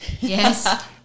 Yes